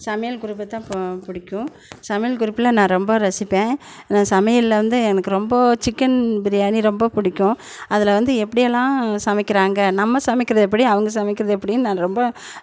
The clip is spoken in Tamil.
சமையல் குறிப்பை தான் பிடிக்கும் சமையல் குறிப்புலாம் நான் ரொம்ப ரசிப்பேன் நான் சமையலில் வந்து எனக்கு ரொம்ப சிக்கன் பிரியாணி ரொம்ப பிடிக்கும் அதில் வந்து எப்படியெல்லாம் சமைக்கிறாங்க நம்ம சமைக்கிறது எப்படி அவங்க சமைக்கிறது எப்படின்னு நான் ரொம்ப